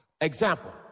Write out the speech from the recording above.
Example